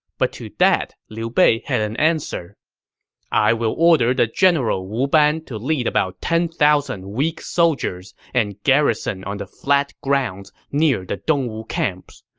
but to this, liu bei had an answer i will order the general wu ban to lead about ten thousand weak soldiers and garrison on the flat grounds near the dongwu camps,